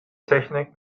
technik